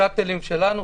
שטלים שלנו,